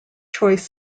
choice